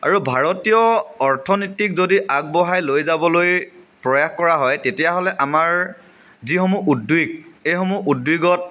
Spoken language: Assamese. আৰু ভাৰতীয় অৰ্থনীতিক যদি আগবঢ়াই লৈ যাবলৈ প্ৰয়াস কৰা হয় তেতিয়াহ'লে আমাৰ যিসমূহ উদ্য়োগ সেইসমূহ উদ্যোগত